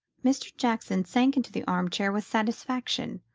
mr. jackson sank into the armchair with satisfaction,